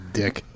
dick